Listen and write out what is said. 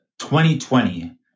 2020